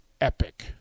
epic